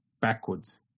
backwards